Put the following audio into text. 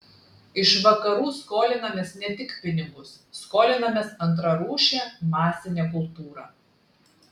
iš vakarų skolinamės ne tik pinigus skolinamės antrarūšę masinę kultūrą